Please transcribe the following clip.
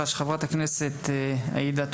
תודה רבה, חברת הכנסת סלימאן,